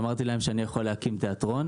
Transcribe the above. ואמרתי להם שאני יכול להקים תיאטרון.